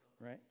right